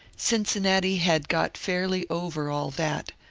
cincinnati had got fairly over all that,